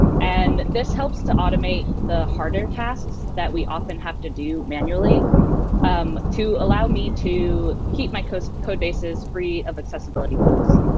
and this helps to automate the harder tasks that we often have to do manually um to allow me to keep my codebases free of accessibility bugs,